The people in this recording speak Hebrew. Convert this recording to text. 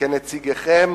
כנציגיכם